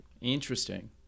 Interesting